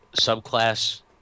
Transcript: subclass